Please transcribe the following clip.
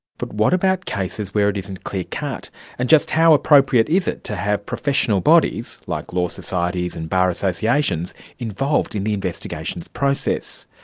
but what about cases where it isn't clear-cut? and just how appropriate is it to have professional bodies, like law societies and bar associations, involved in the investigation processes.